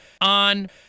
On